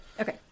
okay